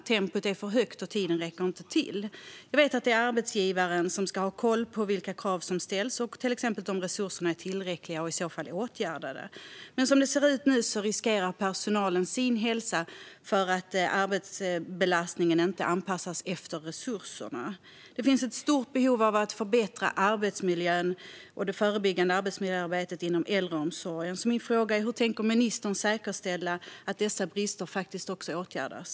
Tempot är för högt, och tiden räcker inte till. Jag vet att det är arbetsgivaren som ska ha koll på vilka krav som ställs och på om resurserna är tillräckliga och om så behövs åtgärda detta. Men som det ser ut nu riskerar personalen sin hälsa därför att arbetsbelastningen inte anpassas efter resurserna. Det finns ett stort behov av att förbättra arbetsmiljön och det förebyggande arbetsmiljöarbetet inom äldreomsorgen. Min fråga är: Hur tänker ministern säkerställa att dessa brister faktiskt åtgärdas?